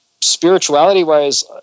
spirituality-wise